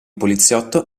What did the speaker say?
poliziotto